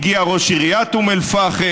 והגיע ראש עיריית אום אל-פחם,